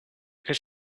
could